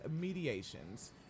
mediations